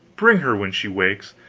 bring her when she wakes,